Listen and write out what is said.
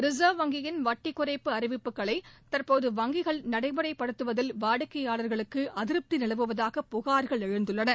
ரின்வ் வங்கியின் வட்டி குறைப்பு அறிவிப்புகளை தற்போது வங்கிகள் நடைமுறைப்படுத்துவதில் வாடிக்கையாளர்களுக்கு அதிருப்தி நிலவுவதாக புகார்கள் எழுந்துள்ளன